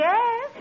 Yes